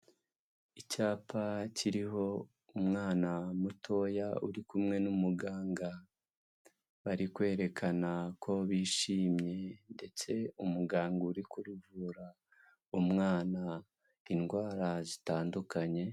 Icyapa kiriho umwana mutoya uri kumwe n'umuganga, bari kwerekana ko bishimye ndetse umuganga uri kuvura umwana indwara zitandukanye.